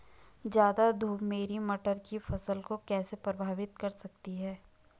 ज़्यादा धूप मेरी मटर की फसल को कैसे प्रभावित कर सकती है?